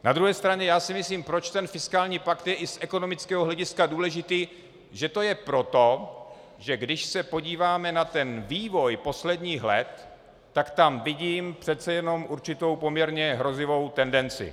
Na druhé straně si myslím, proč ten fiskální pakt je i z ekonomického hlediska důležitý že to je proto, že když se podíváme na vývoj posledních let, vidím tam přece jenom určitou poměrně hrozivou tendenci.